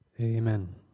Amen